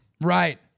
Right